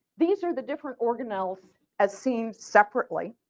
these are the different organelles as seen separately.